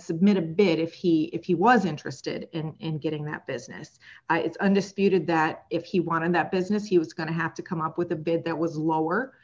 submit a bit if he if he was interested in and getting that business it's undisputed that if he wanted that business he was going to have to come up with a bid that was lower